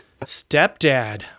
Stepdad